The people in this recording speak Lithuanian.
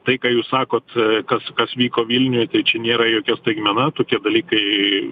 tai ką jūs sakot kas kas vyko vilniuj čia nėra jokia staigmena tokie dalykai